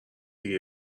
دیگه